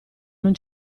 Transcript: non